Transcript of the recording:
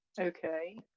Okay